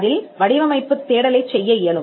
அதில் வடிவமைப்புத் தேடலைச் செய்ய இயலும்